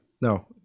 no